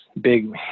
big